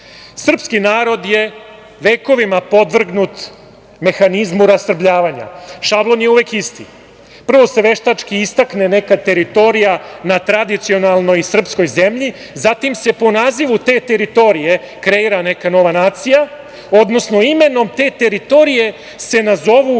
Srpski narod je vekovima podvrgnut mehanizmu rastrebljavanja. Šablon je uvek isti. Prvo se veštački istakne neka teritorija na tradicionalnoj srpskoj zemlji, zatim se po nazivu te teritorije kreira neka nova nacija, odnosno imenom te teritorije se nazovu